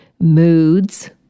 moods